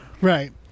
right